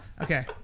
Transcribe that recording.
Okay